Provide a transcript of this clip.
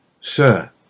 Sir